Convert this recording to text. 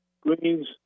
greens